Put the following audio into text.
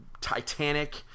Titanic